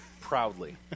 Proudly